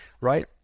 right